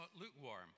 lukewarm